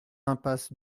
impasse